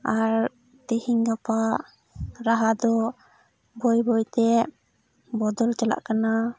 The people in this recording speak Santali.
ᱟᱨ ᱛᱮᱦᱤᱧ ᱜᱟᱯᱟ ᱨᱟᱦᱟ ᱫᱚ ᱵᱟᱹᱭ ᱵᱟᱹᱭᱛᱮ ᱵᱚᱫᱚᱞ ᱪᱟᱞᱟᱜ ᱠᱟᱱᱟ